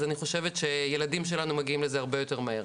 אז אני חושבת שילדים שלנו מגיעים לזה הרבה יותר מהר.